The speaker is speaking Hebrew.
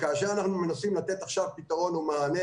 כאשר אנחנו מנסים לתת עכשיו פתרון או מענה